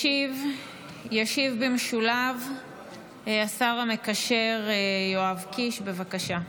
ישיב במשולב השר המקשר יואב קיש, בבקשה.